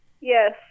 Yes